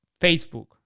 Facebook